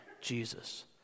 Jesus